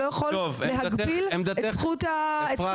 שהחוק לא יכול להגביל את זכות הבחירה.